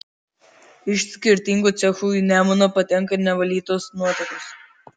iš skirtingų cechų į nemuną patenka nevalytos nuotekos